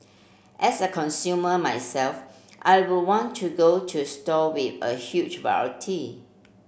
as a consumer myself I would want to go to store with a huge variety